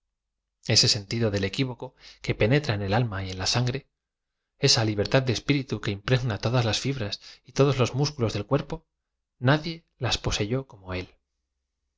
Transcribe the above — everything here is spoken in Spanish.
ese sentiáo d el equivoco que penetra ea el alma y en la sangre esa libertad de espiritu que im pregna todas las fibras y todos los músculos del cuer po nadie las poseyó como él